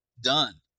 done